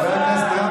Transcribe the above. חברי הכנסת,